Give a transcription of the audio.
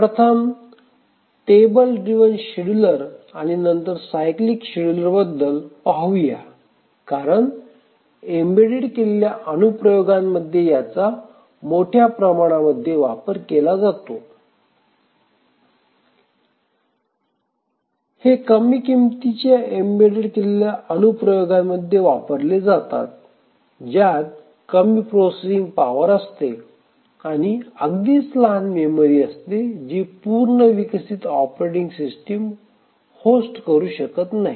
प्रथम table driven scheduler आणि नंतर सायक्लीक शेड्यूलरबद्दल पाहू या कारण एम्बेड केलेल्या अनुप्रयोगांमध्ये याचा मोठ्या प्रमाणात वापर केला जातो हे कमी किमतीच्या एम्बेड केलेल्या अनुप्रयोगांमध्ये वापरले जातात ज्यात कमी प्रोसेसिंग पावर असते आणि अगदीच लहान मेमरी असते जी पूर्ण विकसितऑपरेटिंग सिस्टम होस्ट करू शकत नाही